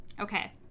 okay